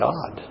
God